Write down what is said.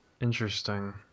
Interesting